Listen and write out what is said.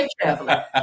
traveler